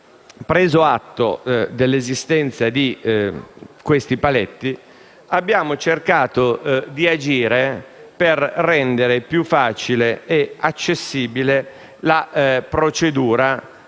preso atto dell'esistenza di questi paletti, abbiamo cercato di agire per rendere più facile e accessibile la procedura